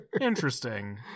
Interesting